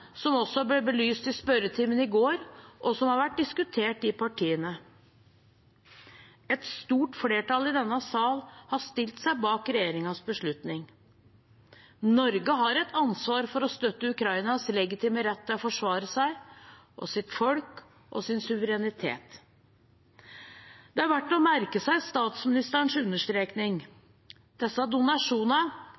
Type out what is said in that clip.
som også ble belyst i spørretimen i går, og som har vært diskutert i partiene. Et stort flertall i denne sal har stilt seg bak regjeringens beslutning. Norge har et ansvar for å støtte Ukrainas legitime rett til å forsvare seg, sitt folk og sin suverenitet. Det er verdt å merke seg statsministerens